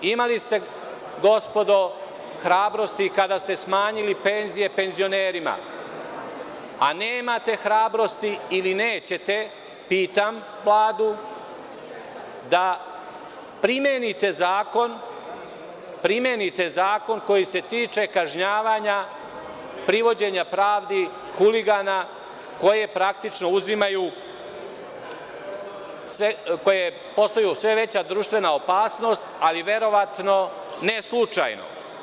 Imali ste, gospodo, hrabrosti kada ste smanjili penzije penzionerima, a nemate hrabrosti ili nećete, pitam Vladu, da primenite zakon koji se tiče kažnjavanja, privođenja pravdi huligana, koji postaju sve veća društvena opasnost, ali verovatno ne slučajno?